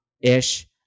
ish